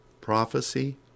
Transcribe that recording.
Prophecy